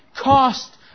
cost